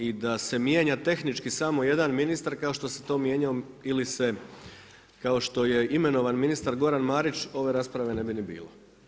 I da se mijenja tehnički samo jedan ministar, kako što se to mijenjao ili se kao što je imenovan ministar Gordan Marić ove rasprave ne bi ni bilo.